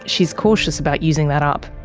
she's cautious about using that up.